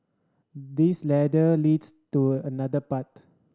this ladder leads to another path